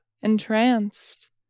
entranced